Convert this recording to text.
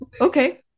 okay